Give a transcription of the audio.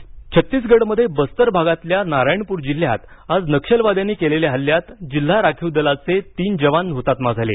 छत्तीसगड नक्षलवादी छत्तीसगडमध्ये बस्तर भागातल्या नारायणपूर जिल्ह्यात आज नक्षलवाद्यांनी केलेल्या हल्ल्यात जिल्हा राखीव दलाचे तीन जवान हुतात्मा झाले